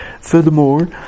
Furthermore